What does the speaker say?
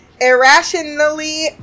Irrationally